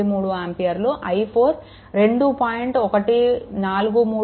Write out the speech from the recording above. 93 ఆంపియర్లు i4 2